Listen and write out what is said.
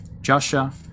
joshua